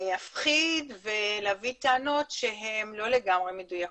להמשיך ולהפחיד ולהביא טענות שהן לא לגמרי מדויקות.